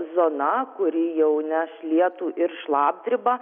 zona kuri jau neš lietų ir šlapdribą